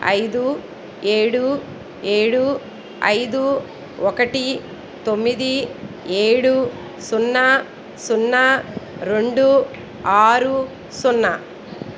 ఐదు ఏడు ఏడు ఐదు ఒకటి తొమ్మిది ఏడు సున్నా సున్నా రెండు ఆరు సున్నా